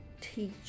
teach